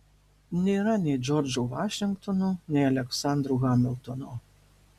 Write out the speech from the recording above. nėra nei džordžo vašingtono nei aleksandro hamiltono